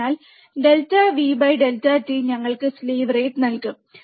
അതിനാൽ delta v by delta t ഞങ്ങൾക്ക് slew rate നൽകും